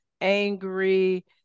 angry